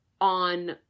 on